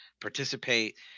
participate